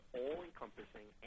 all-encompassing